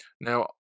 Now